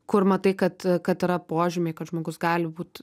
kur matai kad kad yra požymiai kad žmogus gali būt